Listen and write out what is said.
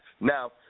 Now